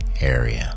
area